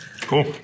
Cool